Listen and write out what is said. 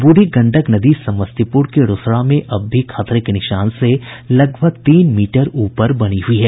ब्रढ़ी गंडक नदी समस्तीपुर के रोसड़ा में अब भी खतरे के निशान से लगभग तीन मीटर ऊपर बनी हुई है